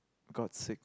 got sick